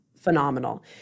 phenomenal